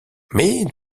mais